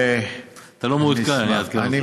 אז, אתה לא מעודכן, אני אעדכן אותך.